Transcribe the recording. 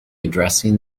addressing